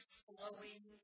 flowing